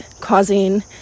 causing